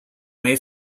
may